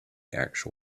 actual